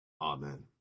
Amen